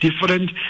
Different